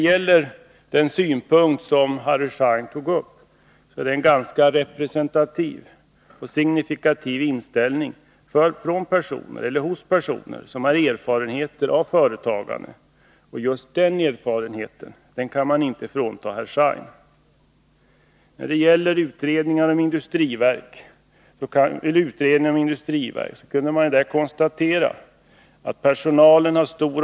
Harry Scheins inställning är ganska signifikativ för personer som har erfarenhet av företagandet, och den erfarenheten kan man inte frånta Harry Schein. När det gäller utredningen om industriverk kan man konstatera att omsättningen på personal är stor.